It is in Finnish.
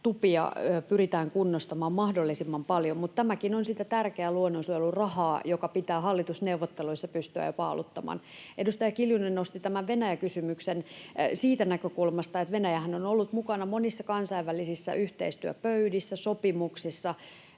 tupia pyritään kunnostamaan mahdollisimman paljon. Mutta tämäkin on sitä tärkeää luonnonsuojelurahaa, joka pitää hallitusneuvotteluissa pystyä jo paaluttamaan. Edustaja Kiljunen nosti tämän Venäjä-kysymyksen siitä näkökulmasta, että Venäjähän on ollut mukana monissa kansainvälisissä yhteistyöpöydissä, sopimuksissa